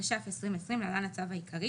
התש"ף-2020 (להלן הצו העיקרי),